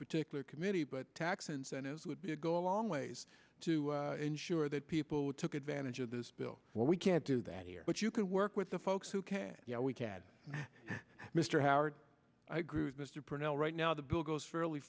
particular committee but tax incentives would be a go a long ways to ensure that people took advantage of this bill well we can't do that here but you can work with the folks who can you know we can mr howard i agree with mr pradelle right now the bill goes fairly